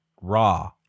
raw